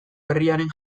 herriaren